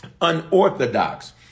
unorthodox